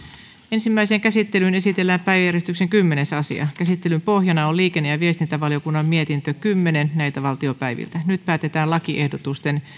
ensimmäiseen käsittelyyn esitellään päiväjärjestyksen kymmenes asia käsittelyn pohjana on liikenne ja viestintävaliokunnan mietintö kymmenen nyt päätetään lakiehdotusten